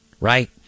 Right